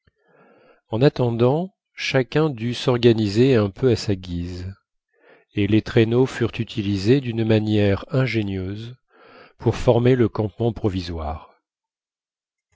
en attendant chacun dut s'organiser un peu à sa guise et les traîneaux furent utilisés d'une manière ingénieuse pour former le campement provisoire